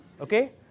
okay